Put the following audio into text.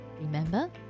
Remember